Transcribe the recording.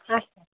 اَچھا